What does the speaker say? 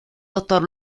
doctor